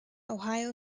ohio